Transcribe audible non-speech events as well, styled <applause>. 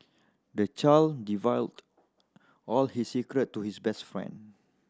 the child <unintelligible> all his secret to his best friend